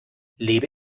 lebe